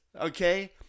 Okay